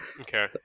Okay